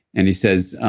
and he says,